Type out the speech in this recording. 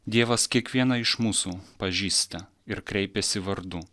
dievas kiekvieną iš mūsų pažįsta ir kreipiasi vardu